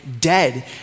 dead